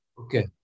Okay